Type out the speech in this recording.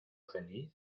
feliz